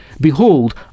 Behold